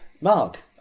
Mark